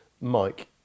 Mike